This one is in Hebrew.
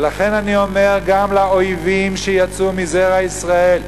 ולכן אני אומר גם לאויבים שיצאו מזרע ישראל,